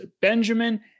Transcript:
Benjamin